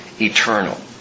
eternal